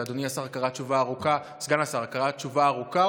ואדוני סגן השר קרא תשובה ארוכה,